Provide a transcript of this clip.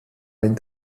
ein